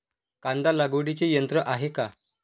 कांदा लागवडीचे यंत्र आहे का?